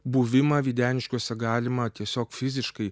buvimą videniškiuose galima tiesiog fiziškai